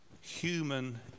human